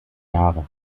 jahre